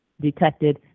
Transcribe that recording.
detected